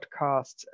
podcasts